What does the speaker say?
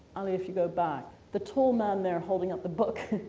ali if you go back, the tall man there holding up the book.